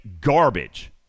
garbage